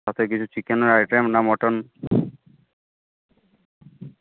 সাথে কিছু চিকেনের আইটেম না মটন